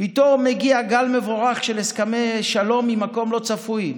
פתאום מגיע גל מבורך של הסכמי שלום ממקום לא צפוי.